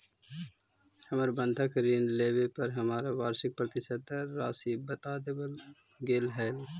हमर बंधक ऋण लेवे पर हमरा वार्षिक प्रतिशत दर राशी बता देवल गेल हल